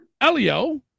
Elio